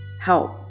help